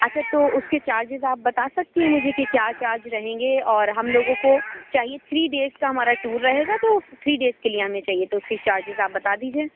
اچھا تو اُس کے چارجز آپ بتا سکتی ہیں مجھے کہ کیا چارج رہیں گے اور ہم لوگوں کو چاہیے تھری ڈیز کا ہمارا ٹور رہے گا تو تھری ڈیز کے لیے ہمیں چاہیے تو اُس کے چارجز آپ بتا دیجیے